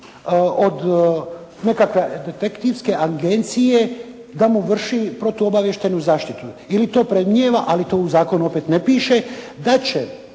od nekakve detektivske agencije da mu vrši protuobavještajnu zaštitu. Ili to prednijeva ali to u zakonu opet ne piše da će